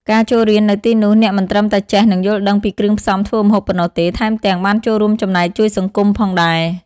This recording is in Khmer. ការចូលរៀននៅទីនោះអ្នកមិនត្រឹមតែចេះនឹងយល់ដឹងពីគ្រឿងផ្សំធ្វើម្ហូបប៉ុណ្ណោះទេថែមទាំង បានចូលរួមចំណែកជួយសង្គម ផងដែរ។